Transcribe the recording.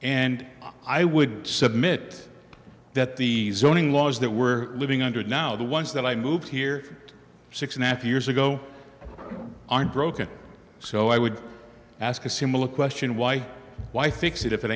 and i would submit that the zoning laws that we're living under now the ones that i moved here six and a half years ago aren't broken so i would ask a similar question why why fix it